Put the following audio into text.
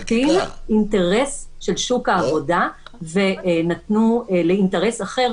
-- מחקו לחלוטין אינטרס של שוק העבודה ונתנו לאינטרס אחר,